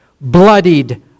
bloodied